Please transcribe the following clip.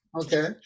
Okay